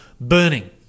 burning